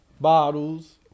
Bottles